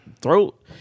throat